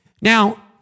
Now